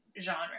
genre